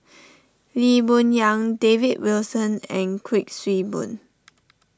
Lee Boon Yang David Wilson and Kuik Swee Boon